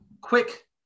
quick